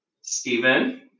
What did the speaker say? Stephen